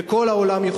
וכל העולם,